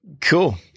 Cool